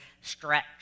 stretch